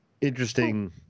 interesting